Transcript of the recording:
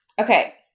okay